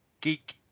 geek